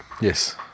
Yes